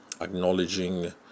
acknowledging